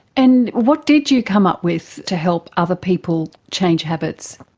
and what did you come up with to help other people change habits?